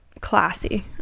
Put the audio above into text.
classy